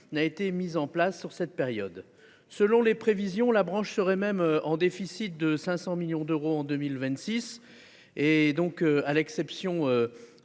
ait été mise en place sur la période. Selon les prévisions, la branche serait même en déficit de 500 millions d’euros en 2026. La période